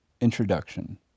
Introduction